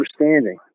understanding